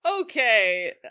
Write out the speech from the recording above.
Okay